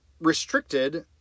restricted